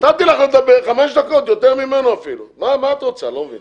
כל הדברים המזוויעים